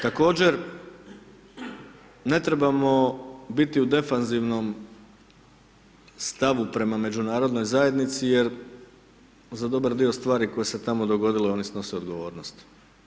Također, ne trebamo biti u defanzivnom stavu prema međunarodnoj zajednici jer za dobar dio stvar koje se tamo dogodilo oni snose odgovornost.